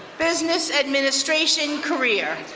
business administration career.